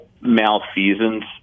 malfeasance